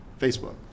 Facebook